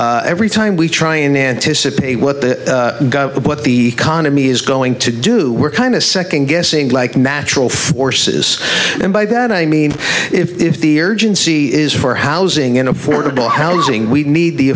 development every time we try and anticipate what the what the economy is going to do we're kind of second guessing like natural forces and by that i mean if the urgency is for housing and affordable housing we need the